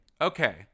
okay